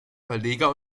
verleger